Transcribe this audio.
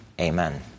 Amen